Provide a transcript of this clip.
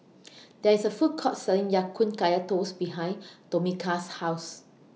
There IS A Food Court Selling Ya Kun Kaya Toast behind Tomika's House